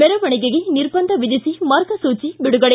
ಮರವಣೆಗೆಗೆ ನಿರ್ಬಂಧ ವಿಧಿಸಿ ಮಾರ್ಗಸೂಚಿ ಬಿಡುಗಡೆ